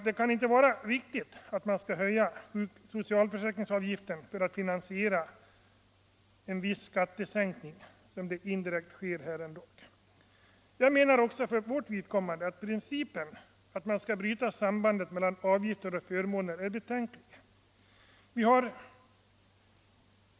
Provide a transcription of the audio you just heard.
Det kan inte vara riktigt att höja socialförsäkringsavgiften för att finansiera en viss skattesänkning, vilket förslaget innebär. Vi anser det betänkligt att bryta sambandet mellan avgifter och förmåner.